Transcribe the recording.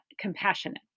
compassionate